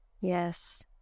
Yes